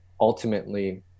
ultimately